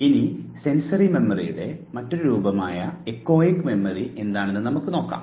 ഇനി സെൻസറി മെമ്മറിയുടെ മറ്റൊരു രൂപമായ എക്കോയിക് മെമ്മറി എന്താണെന്ന് നമുക്ക് നോക്കാം